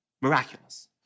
Miraculous